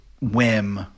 whim